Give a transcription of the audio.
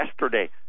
yesterday